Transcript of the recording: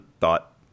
thought